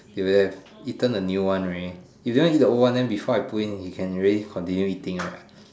should have eaten the new one right if it wanna eat the old one then before I put in it can already continued eating right